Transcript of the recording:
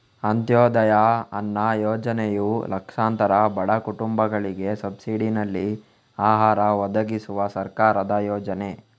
ಅಂತ್ಯೋದಯ ಅನ್ನ ಯೋಜನೆಯು ಲಕ್ಷಾಂತರ ಬಡ ಕುಟುಂಬಗಳಿಗೆ ಸಬ್ಸಿಡಿನಲ್ಲಿ ಆಹಾರ ಒದಗಿಸುವ ಸರ್ಕಾರದ ಯೋಜನೆ